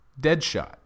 Deadshot